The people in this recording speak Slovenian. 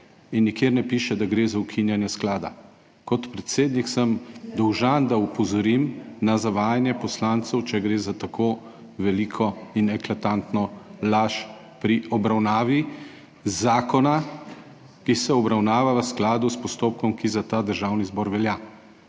in nikjer ne piše, da gre za ukinjanje sklada. Kot predsednik sem dolžan, da opozorim na zavajanje poslancev, če gre za tako veliko in eklatantno laž pri obravnavi zakona, ki se obravnava v skladu s postopkom, ki za ta Državni zbor velja.